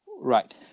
Right